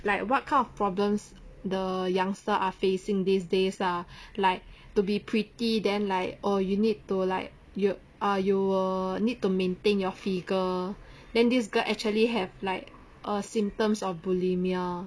like what kind of problems the youngster are facing these days lah like to be pretty then like oh you need to like you ah you need to maintain your figure then this girl actually have like a symptoms of bulimia